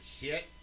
hit